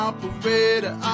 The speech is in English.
Operator